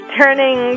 turning